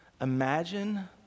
imagine